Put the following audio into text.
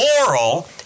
moral